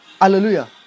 Hallelujah